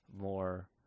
more